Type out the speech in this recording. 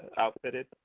outfitted,